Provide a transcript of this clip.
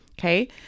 Okay